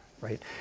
right